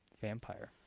Vampire